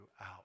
out